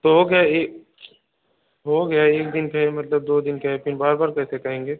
तो हो गया एक हो गया एक दिन का मतलब दो दिन का बार बार कैसे कहेंगे